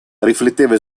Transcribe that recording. rifletteva